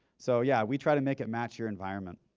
so yeah, we try to make it match your environment.